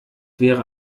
wäre